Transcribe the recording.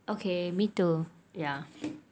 okay me too ya